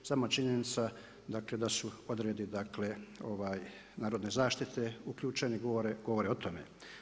Sama činjenica da su, odredi dakle Narodne zaštite uključeni govore o tome.